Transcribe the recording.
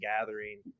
gathering